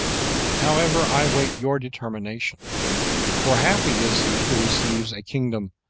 however, i wait your determination for happy is he who receives a kingdom,